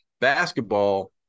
Basketball